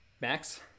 Max